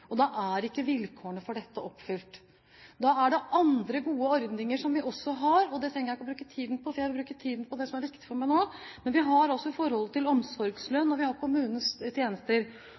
og da er ikke vilkårene for dette oppfylt. Da har vi andre gode ordninger – det trenger jeg ikke bruke tid på, for jeg vil bruke tiden på det som er viktig for meg nå – i forhold til omsorgslønn, og vi har kommunens tjenester.